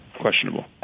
questionable